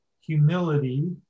humility